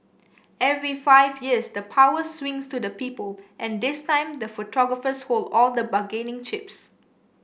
every five years the power swings to the people and this time the photographers hold all the bargaining chips